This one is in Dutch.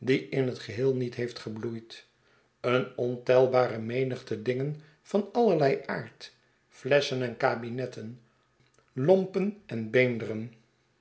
in het geheel niet heeft gebloeid een ontelbare menigte dingen van allerlei aard flesschen en kabinetten lompen en beenderen